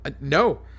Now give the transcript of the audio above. no